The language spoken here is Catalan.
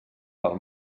pel